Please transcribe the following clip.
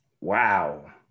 Wow